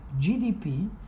GDP